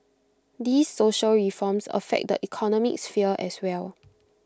these social reforms affect the economic sphere as well